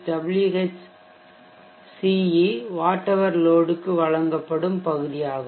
Whbat Whce watt hour லோடுக்கு வழங்கப்படும் பகுதியாகும்